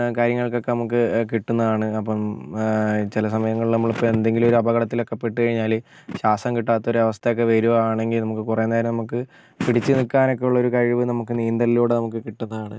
കാര്യങ്ങൾക്കൊക്കെ നമുക്ക് കിട്ടുന്നതാണ് അപ്പം ചില സമയങ്ങളിൽ നമ്മളിപ്പോൾ എന്തെങ്കിലുമൊരു അപകടത്തിലൊക്കെ പെട്ട് കഴിഞ്ഞാൽ ശ്വാസം കിട്ടാത്ത ഒരു അവസ്ഥയൊക്കെ വരുവാണെങ്കിൽ നമുക്ക് കുറെ നേരം നമുക്ക് പിടിച്ചു നിൽക്കാനൊക്കെ ഉള്ളൊരു കഴിവ് നമുക്ക് നീന്തലിലൂടെ നമുക്ക് കിട്ടുന്നതാണ്